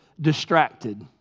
distracted